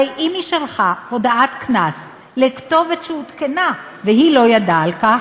אם היא שלחה הודעת קנס לכתובת שעודכנה והיא לא ידעה על כך,